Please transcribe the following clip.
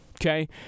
okay